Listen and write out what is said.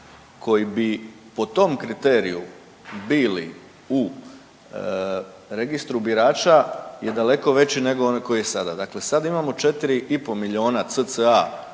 koji bi po tom kriteriju bili u registru birača je daleko veći nego onaj koji je sada. Dakle, sad imamo 4,5 milijuna